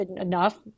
enough